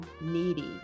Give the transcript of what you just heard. needy